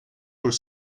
were